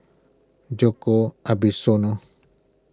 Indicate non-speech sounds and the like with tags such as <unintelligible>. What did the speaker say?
Djoko <unintelligible>